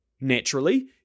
Naturally